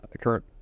current